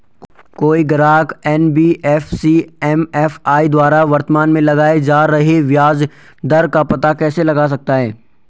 कोई ग्राहक NBFC MFI द्वारा वर्तमान में लगाए जा रहे ब्याज दर का पता कैसे लगा सकता है?